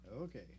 Okay